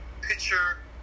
picture